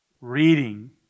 reading